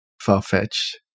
far-fetched